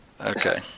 Okay